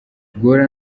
guhora